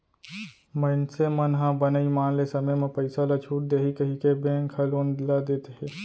मइनसे मन ह बने ईमान ले समे म पइसा ल छूट देही कहिके बेंक ह लोन ल देथे